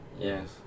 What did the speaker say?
Yes